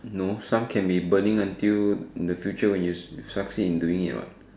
no some can be burning until in the future when you succeed into doing it what